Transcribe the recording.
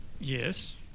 Yes